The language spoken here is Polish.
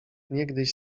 niegdyś